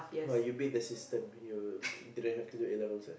!wah! you beat the system you didn't have to do A-levels ah